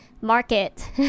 market